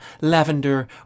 lavender